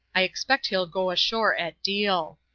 i expect he'll go ashore at deal.